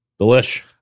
Delish